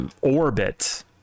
orbit